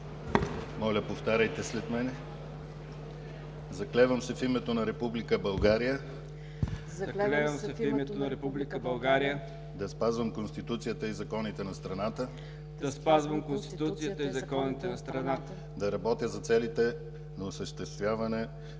БОЙКО АТАНАСОВ: „Заклевам се в името на Република България да спазвам Конституцията и законите на страната, да работя за целите на осъществяване